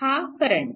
हा करंट